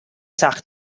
sac